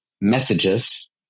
messages